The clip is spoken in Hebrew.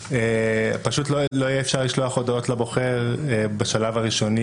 פשוט לא יהיה אפשר לשלוח הודעות לבוחר בשלב הראשוני